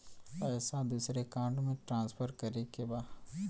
पैसा दूसरे अकाउंट में ट्रांसफर करें के बा?